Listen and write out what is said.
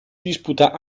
disputa